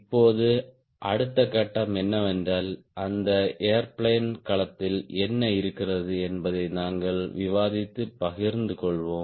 இப்போது அடுத்த கட்டம் என்னவென்றால் அந்த ஏர்பிளேன் களத்தில் என்ன இருக்கிறது என்பதை நாங்கள் விவாதித்து பகிர்ந்து கொள்வோம்